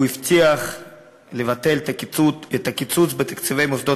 הוא הבטיח לבטל את הקיצוץ בתקציבי מוסדות